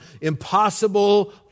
impossible